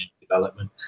development